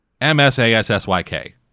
M-S-A-S-S-Y-K